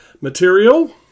material